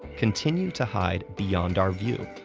continue to hide beyond our view,